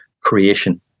creation